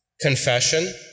confession